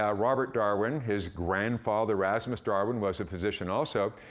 ah robert darwin. his grandfather, rasmus darwin, was a physician also,